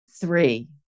Three